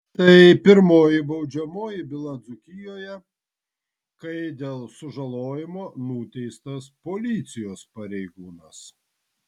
tai pirmoji baudžiamoji byla dzūkijoje kai dėl sužalojimo nuteistas policijos pareigūnas